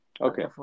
okay